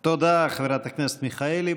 תודה, חברת הכנסת מיכאלי.